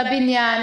לבניין,